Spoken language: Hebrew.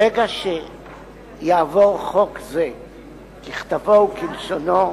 ברגע שיעבור חוק זה ככתבו וכלשונו,